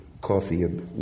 coffee